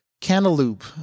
cantaloupe